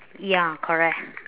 ya correct